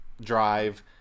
drive